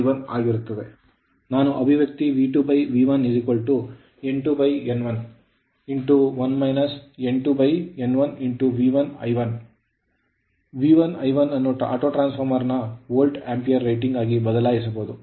ನಾವು ಅಭಿವ್ಯಕ್ತಿ V2V1N2N1 1 N2N1 ಅನ್ನು ಆಟೋಟ್ರಾನ್ಸ್ ಫಾರ್ಮರ್ ನ ವೋಲ್ಟ್ ಆಂಪಿಯರ್ ರೇಟಿಂಗ್ ಆಗಿ ಬದಲಾಯಿಸಬಹುದು